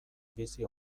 bizi